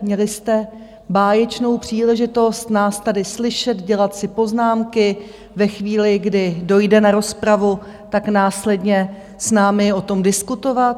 Měli jste báječnou příležitost nás tady slyšet, dělat si poznámky, ve chvíli, kdy dojde na rozpravu, tak následně s námi o tom diskutovat.